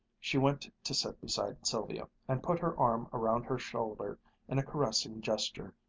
she went to sit beside sylvia, and put her arm around her shoulder in a caressing gesture,